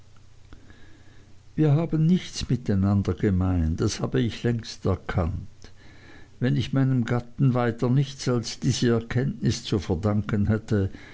wir haben nichts gemein miteinander das habe ich längst erkannt wenn ich meinem gatten weiter nichts als diese erkenntnis zu verdanken hätte